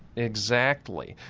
exactly.